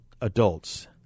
adults